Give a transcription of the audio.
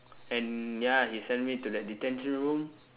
and ya he send me to that detention room